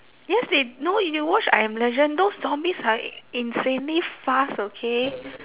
yes they no you watch I am legend those zombies are insanely fast okay